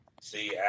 see